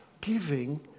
giving